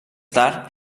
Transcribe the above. tard